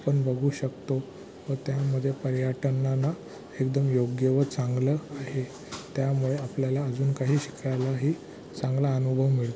आपण बघू शकतो व त्यामध्ये पर्यटनांना एकदम योग्य व चांगलं आहे त्यामुळे आपल्याला अजून काही शिकायलाही चांगला अनुभव मिळ